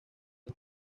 dos